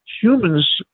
humans